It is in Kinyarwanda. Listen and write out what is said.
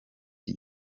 iki